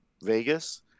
Vegas